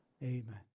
Amen